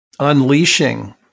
unleashing